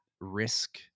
risk